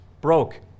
broke